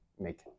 make